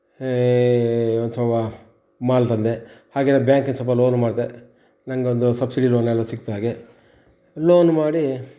ಒಂದು ಸ್ವಲ್ಪ ಮಾಲ್ ತಂದೆ ಹಾಗೆ ಬ್ಯಾಂಕಿಂದ ಸ್ವಲ್ಪ ಲೋನು ಮಾಡಿದೆ ನಂಗೊಂದು ಸಬ್ಸಿಡಿ ಲೋನ್ ಎಲ್ಲ ಸಿಗ್ತು ಹಾಗೆ ಲೋನು ಮಾಡಿ